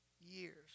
years